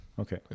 okay